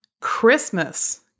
Christmas